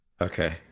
Okay